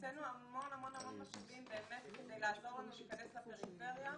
הקצינו המון המון המון משאבים באמת כדי לעזור להיכנס לפריפריה,